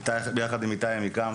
יחד עם איתי עמיקם.